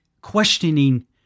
questioning